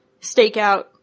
stakeout